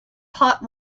hot